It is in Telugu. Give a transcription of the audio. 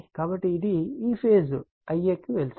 కాబట్టి ఇది ఈ ఫేజ్ Ia కు వెళుతుంది